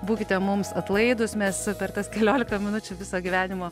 būkite mums atlaidūs mes per tas keliolika minučių viso gyvenimo